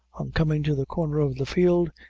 on coming to the corner of the field,